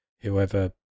whoever